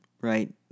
right